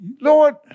Lord